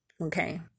okay